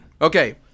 Okay